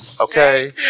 okay